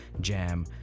jam